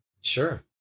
Sure